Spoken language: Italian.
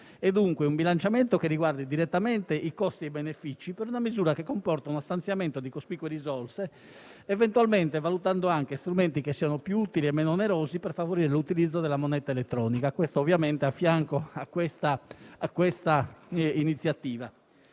di tutela e che riguardi direttamente i costi e i benefici per una misura che comporta uno stanziamento cospicuo di risorse, eventualmente valutando anche strumenti che siano più utili e meno onerosi per favorire l'utilizzo della moneta elettronica (ciò, ovviamente, a fianco di questa iniziativa).